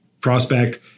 prospect